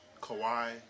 Kawhi